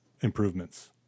improvements